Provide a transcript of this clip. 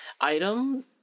item